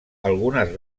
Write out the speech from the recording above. algunes